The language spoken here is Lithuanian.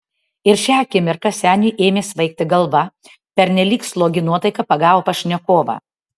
ir šią akimirką seniui ėmė svaigti galva pernelyg slogi nuotaika pagavo pašnekovą